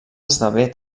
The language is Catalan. esdevé